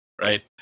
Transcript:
right